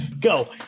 go